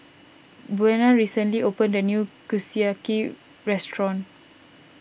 Buena recently opened a new Kushiyaki restaurant